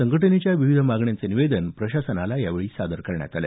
संघटनेच्या विविध मागण्यांचं निवेदन प्रशासनाला यावेळी सादर करण्यात आलं